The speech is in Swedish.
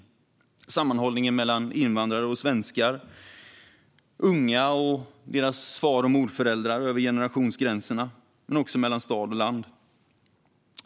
Det stärker sammanhållningen mellan invandrare och svenskar samt mellan unga och deras far och morföräldrar. Det stärker sammanhållningen över generationsgränserna men också mellan stad och land.